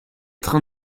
trains